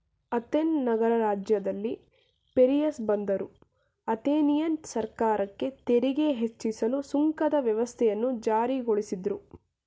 Athens ನಗರ ರಾಜ್ಯದಲ್ಲಿ Piraeus ಬಂದರು ಅಥೆನಿಯನ್ ಸರ್ಕಾರಕ್ಕೆ ತೆರಿಗೆ ಹೆಚ್ಚಿಸಲು ಸುಂಕದ ವ್ಯವಸ್ಥೆಯನ್ನು ಜಾರಿಗೊಳಿಸಿದ್ರು